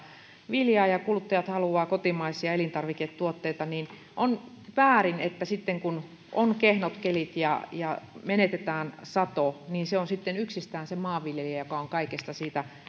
viljaa ja kuluttajat haluavat kotimaisia elintarviketuotteita niin on väärin että sitten kun on kehnot kelit ja ja menetetään sato se on yksistään se maanviljelijä joka on kaikesta siitä